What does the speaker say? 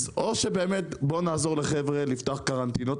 אז או שבאמת בוא נעזור לחבר'ה לפתוח קרנטינות,